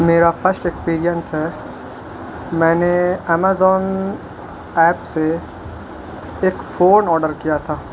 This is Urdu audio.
میرا فسٹ ایکسپیریئنس ہے میں نے امیزون ایپ سے ایک فون آڈر کیا تھا